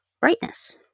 brightness